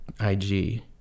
IG